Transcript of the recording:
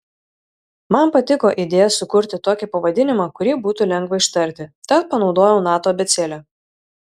man patiko idėja sukurti tokį pavadinimą kurį būtų lengva ištarti tad panaudojau nato abėcėlę